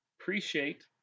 appreciate